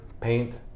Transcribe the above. paint